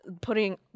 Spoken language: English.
putting